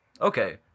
Okay